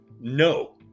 No